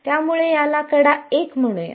त्यामुळे याला कडा 1 म्हणू या